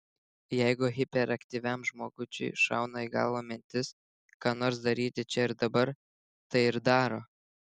jeigu hiperaktyviam žmogučiui šauna į galvą mintis ką nors daryti čia ir dabar tai ir daro